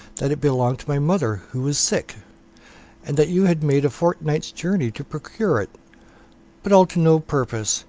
that it belonged to my mother, who was sick and that you had made a fortnight's journey to procure it but all to no purpose,